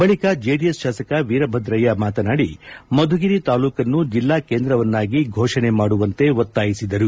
ಬಳಿಕ ಜೆಡಿಎಸ್ ಶಾಸಕ ವೀರಭದ್ರಯ್ಯ ಮಾತನಾಡಿ ಮಧುಗಿರಿ ತಾಲ್ಲೂಕನ್ನು ಜಿಲ್ಲಾ ಕೇಂದ್ರವನ್ನಾಗಿ ಘೋಷಣೆ ಮಾಡುವಂತೆ ಒತ್ತಾಯಿಸಿದರು